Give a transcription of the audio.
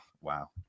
wow